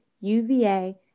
UVA